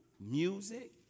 music